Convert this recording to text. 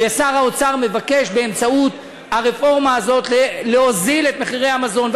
ושר האוצר מבקש באמצעות הרפורמה הזאת להוזיל את מחירי המזון,